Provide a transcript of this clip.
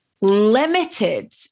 limited